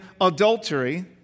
adultery